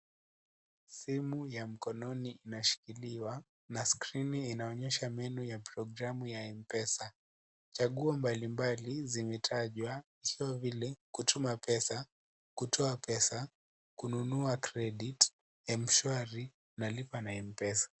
Simu ya mkononi inashikiliwa na screen inaonyesha menu ya programu ya Mpesa, chaguo mbali mbali zimetajwa kama vile, kutuma pesa, kutoa pesa, kununua credit , mshwari na lipa na Mpesa.